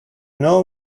know